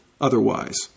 otherwise